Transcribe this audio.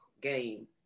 game